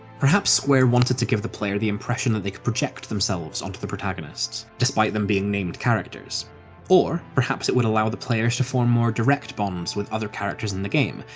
perhaps square wanted to still give the player the impression that they could project themselves onto the protagonists, despite them being named characters or perhaps it would allow the players to form more direct bonds with other characters in the game,